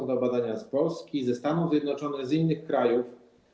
Są to badania z Polski, ze Stanów Zjednoczonych, z innych krajów.